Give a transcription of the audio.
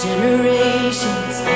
generations